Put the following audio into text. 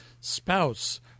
spouse